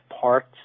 parts